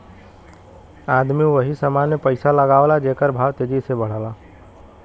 आदमी वही समान मे पइसा लगावला जेकर भाव तेजी से बढ़ला